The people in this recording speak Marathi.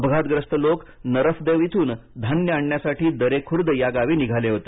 अपघातग्रस्त लोक नरफदेव इथून धान्य आणण्यासाठी दरे खूर्द या गावी निघाले होते